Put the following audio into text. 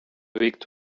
wicked